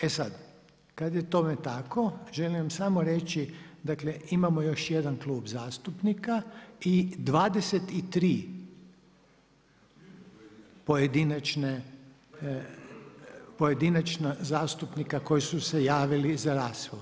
E sad, kad je tome tako želim vam samo reći, dakle imamo još jedan klub zastupnika i 23 pojedinačna zastupnika koji su se javili za raspravu.